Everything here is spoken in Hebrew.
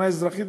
שנה אזרחית,